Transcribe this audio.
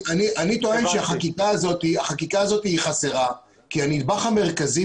אני טוען שהחקיקה הזאת היא חסרה כי הנדבך המרכזי,